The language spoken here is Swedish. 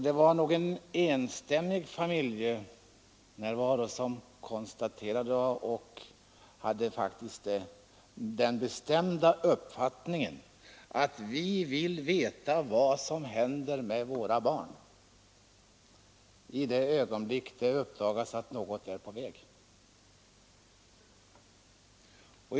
Det fanns bland dessa föräldrar en enstämmig och bestämd uppfattning om att de ville veta vad som hände med deras barn, och det i det ögonblick det uppdagas att någonting är på gång.